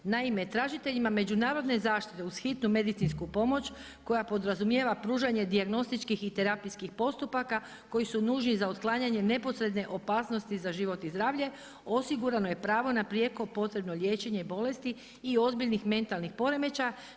Naime, tražiteljima međunarodne zaštite uz hitnu medicinsku pomoć koja podrazumijeva pružanje dijagnostičkih i terapijskih postupaka koji su nužni za otklanjanje neposredne opasnosti za život i zdravlje osigurano je pravo na prijeko potrebno liječenje bolesti i ozbiljnih mentalnih poremećaja.